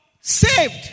saved